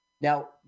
Now